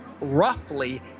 roughly